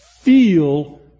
feel